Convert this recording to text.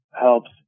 helps